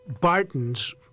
Barton's